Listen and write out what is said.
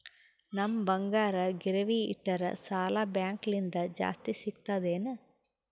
ನಮ್ ಬಂಗಾರ ಗಿರವಿ ಇಟ್ಟರ ಸಾಲ ಬ್ಯಾಂಕ ಲಿಂದ ಜಾಸ್ತಿ ಸಿಗ್ತದಾ ಏನ್?